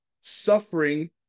suffering